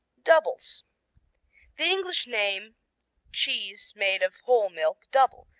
doubles the english name cheese made of whole milk double,